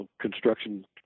construction